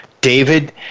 David